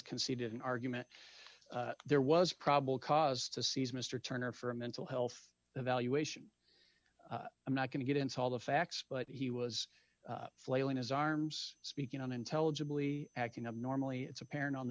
conceded an argument there was probable cause to seize mr turner for a mental health evaluation i'm not going to get into all the facts but he was flailing his arms speaking unintelligibly acting up normally it's apparent on the